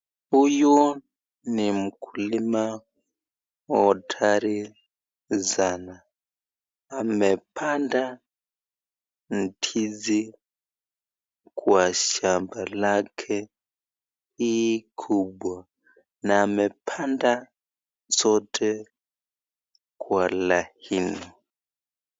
Huyu ni mkulima hodari sana amepanda ndizi kwa shamba lake hii kubwa na amepanda zote kwa laini.